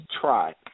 try